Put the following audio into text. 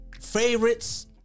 favorites